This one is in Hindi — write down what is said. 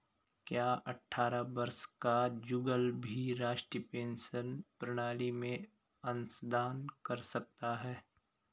क्या अट्ठारह वर्ष का जुगल भी राष्ट्रीय पेंशन प्रणाली में अंशदान कर सकता है?